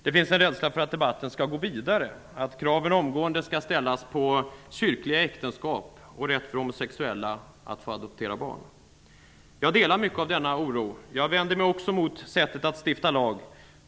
Det finns en rädsla för att debatten skall gå vidare, att kraven omgående skall ställas på kyrkliga äktenskap och rätt för homsexuella att få adoptera barn. Jag delar mycket av denna oro. Jag vänder mig också mot sättet att stifta lag.